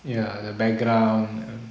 ya the background